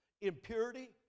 impurity